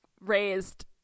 raised